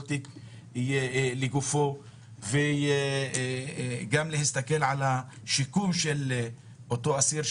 תיק לגופו וגם להסתכל על השיקום של האסיר,